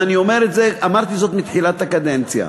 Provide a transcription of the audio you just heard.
ואמרתי זאת מתחילת הקדנציה,